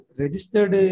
registered